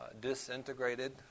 disintegrated